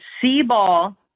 C-ball